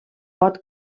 pot